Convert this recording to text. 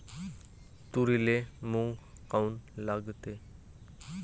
तुरीले घुंग काऊन लागते?